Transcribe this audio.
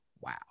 Wow